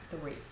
three